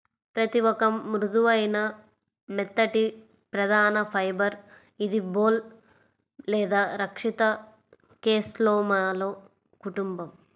పత్తిఒక మృదువైన, మెత్తటిప్రధానఫైబర్ఇదిబోల్ లేదా రక్షిత కేస్లోమాలో కుటుంబం